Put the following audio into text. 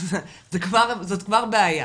זאת כבר בעיה.